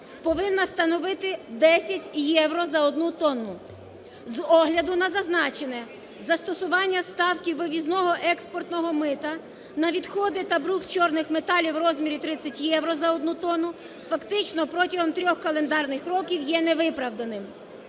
повинна становити 10 євро за одну тонну. З огляду на зазначене, застосування ставки вивізного експортного мита на відходи та брухт чорних металів в розмірі 30 євро за одну тонну фактично протягом трьох календарних років є невиправданим.